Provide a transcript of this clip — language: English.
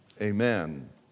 amen